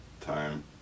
time